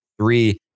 three